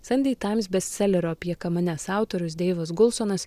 sandei taims bestselerio apie kamanes autorius deivas gulsonas